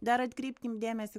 dar atkreipkim dėmesį